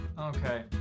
Okay